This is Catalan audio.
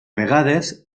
vegades